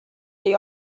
they